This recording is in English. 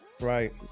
right